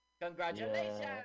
Congratulations